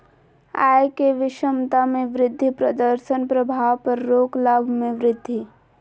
आय के विषमता में वृद्धि प्रदर्शन प्रभाव पर रोक लाभ में वृद्धि